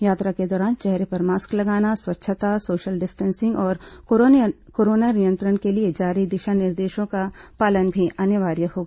यात्रा के दौरान चेहरे पर मास्क लगाना स्वच्छता सोशल डिस्टेंसिंग और कोरोना नियंत्रण के लिए जारी दिशा निर्देशों का पालन भी अनिवार्य होगा